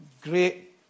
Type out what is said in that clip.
Great